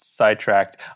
sidetracked